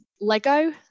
Lego